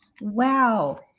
Wow